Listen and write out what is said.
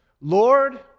Lord